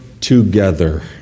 together